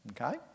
Okay